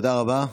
תודה רבה.